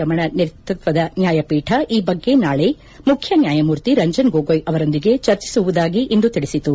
ರಮಣ ನೇತೃತ್ವದ ನ್ವಾಯಪೀಠ ಈ ಬಗ್ಗೆ ನಾಳೆ ಮುಖ್ಯನ್ಡಾಯಮೂರ್ತಿ ರಂಜನ್ ಗೋಗೊಯ್ ಅವರೊಂದಿಗೆ ಚರ್ಚಿಸುವುದಾಗಿ ಇಂದು ತಿಳಿಸಿತು